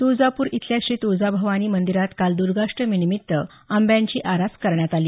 तुळजापूर इथल्या श्री तुळजाभवानी मंदिरात काल दुर्गाष्टमीनिमित्त आंब्यांची आरास करण्यात आली